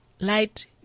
Light